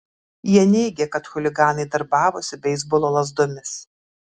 jie neigė kad chuliganai darbavosi beisbolo lazdomis